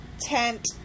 tent